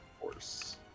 Force